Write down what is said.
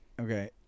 Okay